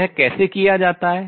यह कैसे किया जाता है